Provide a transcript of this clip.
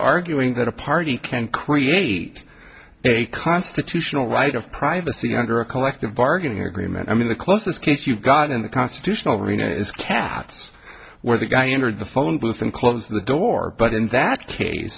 arguing that a party can create a constitutional right of privacy under a collective bargaining agreement i mean the closest case you've gotten a constitutional right as cats where the guy entered the phone booth and closes the door but in that case